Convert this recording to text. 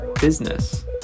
business